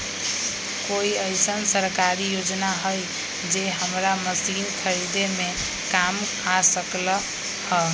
कोइ अईसन सरकारी योजना हई जे हमरा मशीन खरीदे में काम आ सकलक ह?